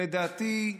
לדעתי,